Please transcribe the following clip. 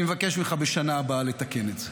אני מבקש ממך בשנה הבאה לתקן את זה.